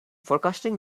forecasting